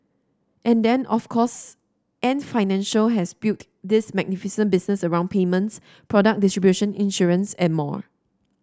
and then of course Ant Financial has built this magnificent business around payments product distribution insurance and more